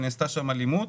שהייתה אלימות,